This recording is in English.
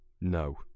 No